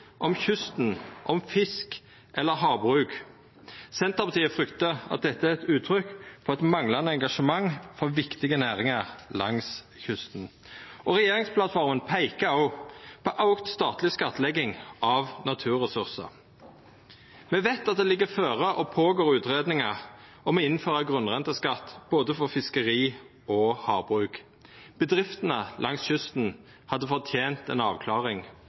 om kysten, om fisk eller havbruk. Senterpartiet fryktar at dette er eit uttrykk for manglande engasjement for viktige næringar langs kysten. Regjeringsplattforma peikar også på auka statleg skattlegging av naturressursar. Me veit at det ligg føre og er i gang utgreiingar om å innføra grunnrenteskatt for både fiskeri og havbruk. Bedriftene langs kysten hadde fortent ei avklaring